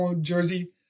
Jersey